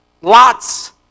Lots